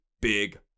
big